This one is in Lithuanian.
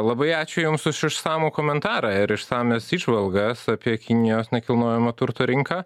labai ačiū jums už išsamų komentarą ir išsamias įžvalgas apie kinijos nekilnojamo turto rinką